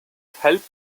helped